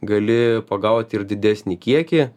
gali pagaut ir didesnį kiekį